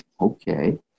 Okay